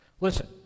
Listen